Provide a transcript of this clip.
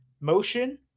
motion